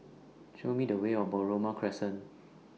Show Me The Way Or Balmoral Crescent